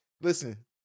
Listen